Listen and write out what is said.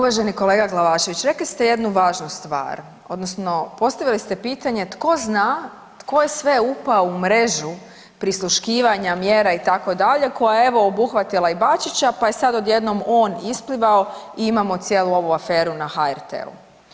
Uvaženi kolega Glavašević rekli ste jednu važnu stvar odnosno postavili ste pitanje tko zna tko je sve upao u mrežu prisluškivanja, mjera itd., koja je evo obuhvatila i Bačića pa je sad odjednom on isplivao i imamo cijelu ovu aferu na HRT-u.